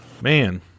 Man